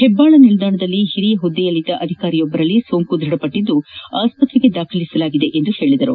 ಹೆಬ್ದಾಳ ನಿಲ್ದಾಣದಲ್ಲಿ ಓರಿಯ ಪುದ್ದೆಯಲ್ಲಿದ್ದ ಅಧಿಕಾರಿಯೊಬ್ಬರಲ್ಲಿ ಸೋಂಕು ದೃಢಪಟ್ಟದ್ದು ಆಸ್ತ್ರೆಗೆ ದಾಖಲಿಸಲಾಗಿದೆ ಎಂದು ಪೇಳದರು